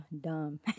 dumb